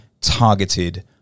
targeted